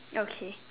okay